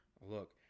Look